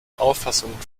auffassungen